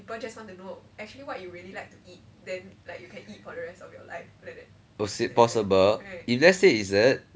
possible if let's say it isn't